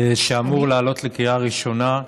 שאמור לעלות לקריאה ראשונה,